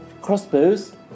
crossbows